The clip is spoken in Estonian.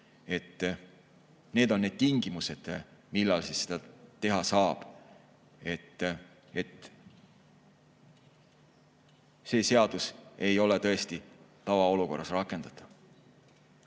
Need on need tingimused, millal seda teha saab. See seadus ei ole tõesti tavaolukorras rakendatav.